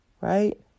right